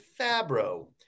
Fabro